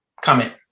comment